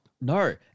No